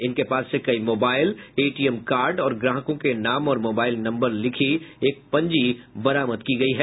इनके पास से कई मोबाइल एटीएम कार्ड और ग्राहकों के नाम और मोबाईल नम्बर लिखे एक पंजी को बरामद किया गया है